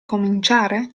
cominciare